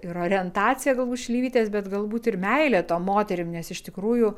ir orientacija galbūt šleivytės bet galbūt ir meilė tom moterim nes iš tikrųjų